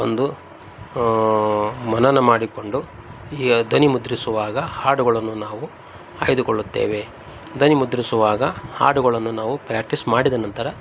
ಒಂದು ಮನನ ಮಾಡಿಕೊಂಡು ಈ ಧ್ವನಿಮುದ್ರಿಸುವಾಗ ಹಾಡುಗಳನ್ನು ನಾವು ಆಯ್ದುಕೊಳ್ಳುತ್ತೇವೆ ಧ್ವನಿಮುದ್ರಿಸುವಾಗ ಹಾಡುಗಳನ್ನು ನಾವು ಪ್ರ್ಯಾಕ್ಟೀಸ್ ಮಾಡಿದ ನಂತರ